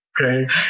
Okay